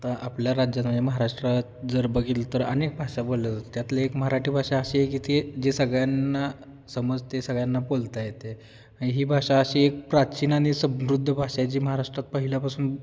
आता आपल्या राज्यात म्हणजे महाराष्ट्रात जर बघितलं तर अनेक भाषा बोलल्या जात त्यातली एक मराठी भाषा अशी आहे की ती जे सगळ्यांना समजते सगळ्यांना बोलता येते ही भाषा अशी एक प्राचीन आणि समृद्ध भाषा आहे जी महाराष्ट्रात पहिल्यापासून